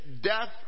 death